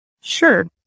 Sure